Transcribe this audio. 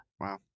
Wow